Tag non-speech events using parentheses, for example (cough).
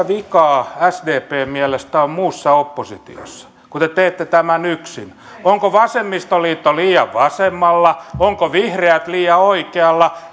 (unintelligible) vikaa sdpn mielestä on muussa oppositiossa kun te te teette tämän yksin onko vasemmistoliitto liian vasemmalla ovatko vihreät liian oikealla (unintelligible)